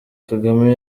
kagame